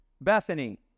Bethany